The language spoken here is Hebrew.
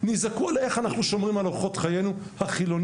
נזעקו על איך אנחנו שומרים על אורחות חיינו החילוניים,